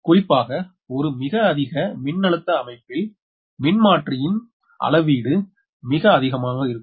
குறிப்பாக ஒரு மிக அதிக மின்னழுத்த அமைப்பில் மின்மாற்றியின் அளவீடு மிக அதிகமாக இருக்கும்